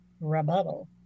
rebuttal